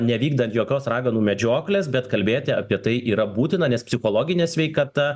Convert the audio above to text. nevykdant jokios raganų medžioklės bet kalbėti apie tai yra būtina nes psichologinė sveikata